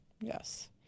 Yes